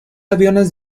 aviones